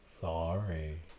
Sorry